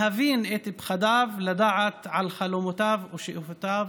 להבין את פחדיו, לדעת על חלומותיו ושאיפותיו,